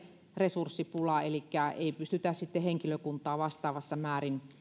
resurssipula elikkä ei pystytä sitten henkilökuntaa vastaavassa määrin